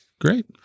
Great